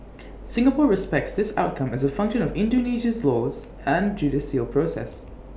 Singapore respects this outcome as A function of Indonesia's laws and judicial process